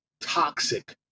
toxic